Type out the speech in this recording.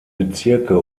bezirke